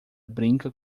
brinca